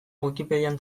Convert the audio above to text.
wikipedian